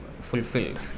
fulfilled